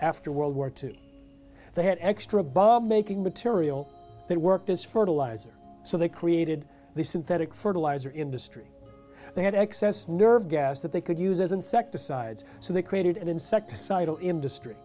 after world war two they had extra bomb making material that worked as fertilizer so they created the synthetic fertilizer industry they had excess nerve gas that they could use as insecticides so they created insecticidal industry